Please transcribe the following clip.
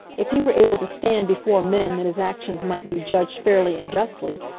if he were able to stand before men that his actions might be judged fairly and justly,